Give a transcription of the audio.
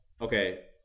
Okay